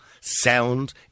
sound